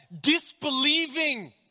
disbelieving